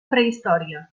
prehistòria